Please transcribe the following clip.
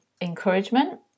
encouragement